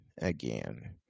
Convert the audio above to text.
Again